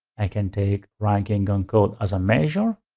i can take ranking on code as a measure.